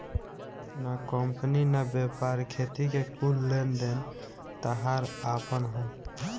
ना कंपनी ना व्यापार, खेती के कुल लेन देन ताहार आपन ह